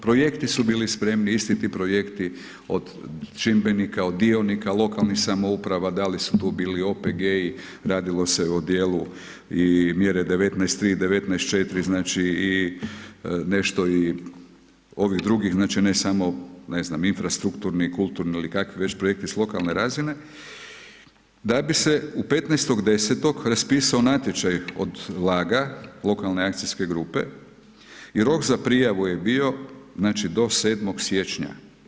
Projekti su bili spremni, isti ti projekti od čimbenika, od dionika, lokalnih samouprava, da li su tu bili OPG-i, radilo se o dijelu i mjere 19.3 i 19.4, znači i nešto i ovih drugih, znači ne samo, ne znam, infrastrukturni, kulturni ili kakvi već projekti s lokalne razine, da bi se u 15.10. raspisao natječaj od LAG-a, lokalne akcijske grupe, i rok za prijavu je bio, znači do 07. siječnja.